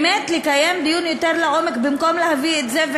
באמת לקיים דיון יותר לעומק במקום להביא את זה.